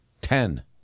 Ten